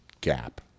gap